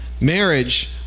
marriage